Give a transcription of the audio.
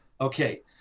okay